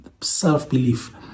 self-belief